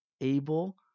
able